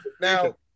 now